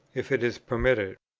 if it is permitted.